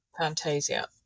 fantasia